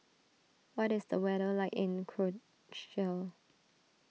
what is the weather like in